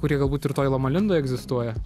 kurie gal būt ir toj loma lindoj egzistuoja